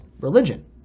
religion